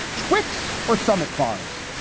twix or summit bars.